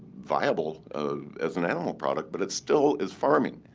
viable as an animal product, but it still is farming.